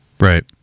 Right